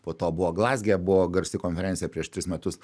po to buvo glazge buvo garsi konferencija prieš tris metus